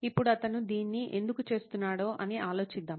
ఇప్పుడు అతను దీన్ని ఎందుకు చేస్తున్నాడో అని ఆలోచిద్దాం